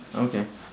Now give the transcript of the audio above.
okay